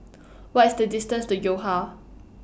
What IS The distance to Yo Ha